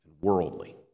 worldly